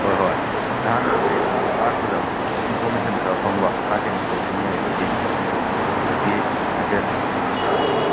ꯍꯣꯏ ꯍꯣꯏ ꯅꯍꯥꯟ ꯑꯩꯈꯣꯏꯗ ꯂꯥꯛꯄꯗ ꯏꯟꯐꯣꯔꯃꯦꯁꯟ ꯈꯔ ꯐꯪꯕ ꯂꯥꯛꯀꯅꯤ ꯈꯣꯠꯀꯅꯤ ꯍꯥꯏꯕꯒꯤ ꯑꯗꯨꯒꯤ ꯍꯥꯏꯐꯦꯠ